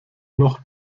noch